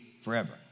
forever